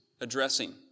addressing